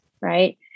Right